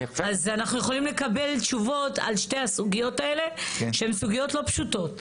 אז אנחנו יכולים לקבל תשובות על שתי הסוגיות האלה שהן סוגיות לא פשוטות.